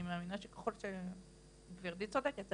אני מאמינה שגברתי צודקת,